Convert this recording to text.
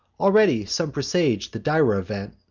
already some presag'd the dire event,